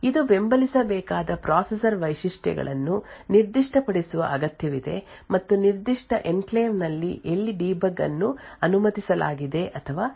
ಇದು ಬೆಂಬಲಿಸಬೇಕಾದ ಪ್ರೊಸೆಸರ್ ವೈಶಿಷ್ಟ್ಯಗಳನ್ನು ನಿರ್ದಿಷ್ಟಪಡಿಸುವ ಅಗತ್ಯವಿದೆ ಮತ್ತು ನಿರ್ದಿಷ್ಟ ಎನ್ಕ್ಲೇವ್ ನಲ್ಲಿ ಎಲ್ಲಿ ಡೀಬಗ್ ಅನ್ನು ಅನುಮತಿಸಲಾಗಿದೆ ಅಥವಾ ಇಲ್ಲ ಎಂದು